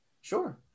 Sure